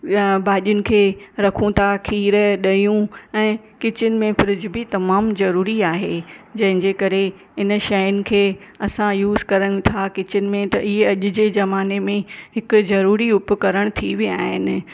या भाॼियुनि खे रखूं था खीरु ॾयूं ऐं किचन में फ्रिज बि तमामु ज़रूरी आहे जंहिंजे करे इन शयुनि खे असां यूस करण था किचन में इहे अॼु जे जमाने में हिकु ज़रूरी उपकरण थी विया आहिनि